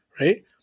Right